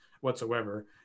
whatsoever